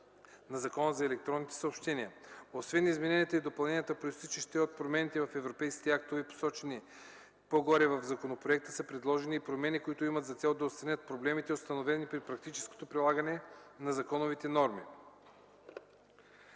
на Закона за електронните съобщения. Освен измененията и допълненията, произтичащи от промените в европейските актове, посочени по-горе, в законопроекта са предложени и промени, които имат за цел да отстранят проблеми, установени при практическото прилагане на законовите норми.